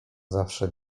zawsze